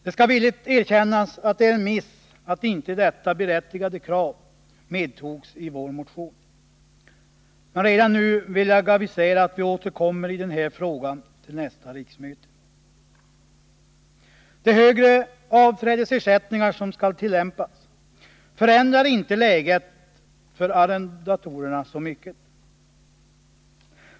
Det skall villigt erkännas att det är en miss att inte detta berättigade krav medtogs i vår motion. Jag vill emellertid redan nu avisera att vi återkommer i den här frågan till nästa riksmöte. De högre avträdesersättningar som skall tillämpas förändrar inte läget för arrendatorerna så mycket.